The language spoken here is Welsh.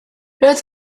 roedd